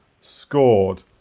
scored